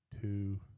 two